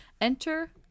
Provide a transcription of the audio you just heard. Enter